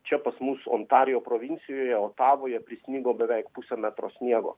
čia pas mus ontarijo provincijoje otavoje prisnigo beveik pusė metro sniego